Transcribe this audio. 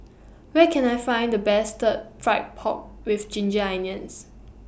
Where Can I Find The Best Stir Fried Pork with Ginger Onions